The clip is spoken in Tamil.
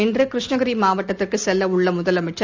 இன்றுகிருஷ்ணகிரிமாவட்டத்திற்குகெல்லவுள்ளமுதலமைச்சர்